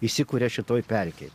įsikuria šitoj pelkėj